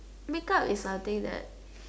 make up is something that